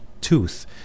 tooth